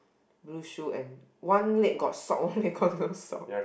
blue shoe and one leg got sock one leg got no sock